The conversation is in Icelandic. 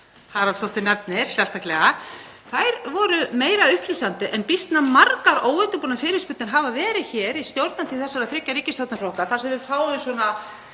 Haraldsdóttir nefnir sérstaklega hafi verið meira upplýsandi en býsna margar óundirbúnar fyrirspurnir hafa verið hér í stjórnartíð þessara þriggja ríkisstjórnarflokka þar sem við fáum svona